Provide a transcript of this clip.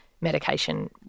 medication